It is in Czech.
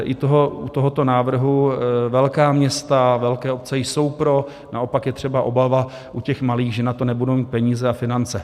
I u tohoto návrhu velká města, velké obce jsou pro, naopak je třeba obava u těch malých, že na to nebudou mít peníze a finance.